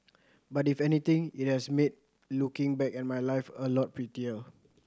but if anything it has made looking back at my life a lot prettier